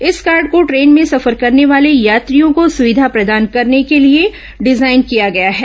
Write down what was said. इस कार्ड को ट्रेन में सफर करने वाले यात्रियों को सुविधा प्रदान करने के लिए डिजाईन किया गया है